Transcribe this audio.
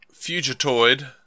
Fugitoid